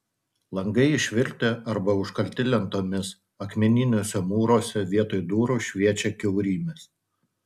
langai išvirtę arba užkalti lentomis akmeniniuose mūruose vietoj durų šviečia kiaurymės